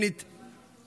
"דמים בדמים נגעו".